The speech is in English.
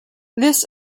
this